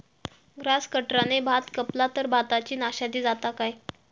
Grass कटराने भात कपला तर भाताची नाशादी जाता काय?